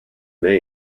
known